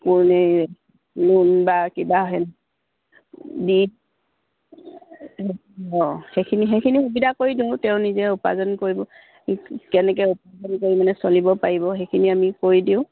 মানে লোন বা কিবা সে দি অঁ সেইখিনি সেইখিনি সুবিধা কৰি দিওঁ তেওঁ নিজে উপাৰ্জন কৰিব কেনেকৈ উপাৰ্জন কৰি মানে চলিব পাৰিব সেইখিনি আমি কৰি দিওঁ